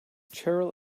cheryl